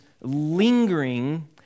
lingering